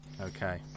okay